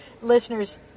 listeners